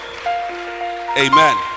Amen